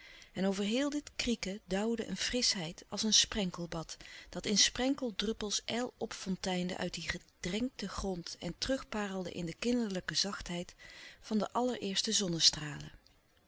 en over heel dit krieken dauwde eene louis couperus de stille kracht frischheid als een sprenkelbad dat in sprenkeldruppels ijl opfonteinde uit dien gedrenkten grond en terugparelde in de kinderlijke zachtheid van de allereerste zonnestralen